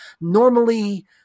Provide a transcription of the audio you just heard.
normally